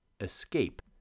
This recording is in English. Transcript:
escape